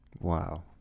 Wow